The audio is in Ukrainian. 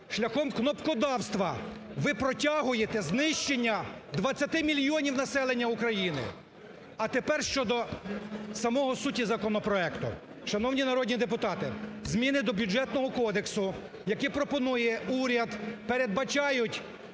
шляхом кнопкодавства. Ви протягуєте знищення 20 мільйонів населення України. А тепер щодо самого суті законопроекту. Шановні народні депутати! Зміни до Бюджетного кодексу, які пропонує уряд , передбачають